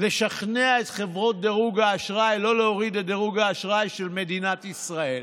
לשכנע את חברות דירוג האשראי לא להוריד את דירוג האשראי של מדינת ישראל,